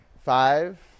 Five